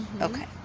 Okay